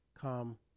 come